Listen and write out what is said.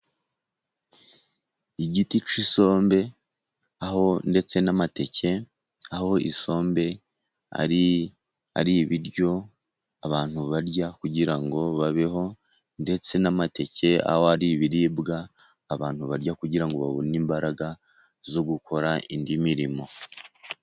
Igiti cy'isombe aho ndetse n'amateke, aho isombe ar'ibiryo abantu barya, kugira ngo babeho ndetse n'amateke aba ari ibiribwa abantu barya, kugira ngo babone imbaraga zo gukora indi mirimo.